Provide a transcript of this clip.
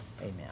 Amen